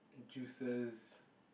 juices